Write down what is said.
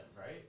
right